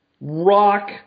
rock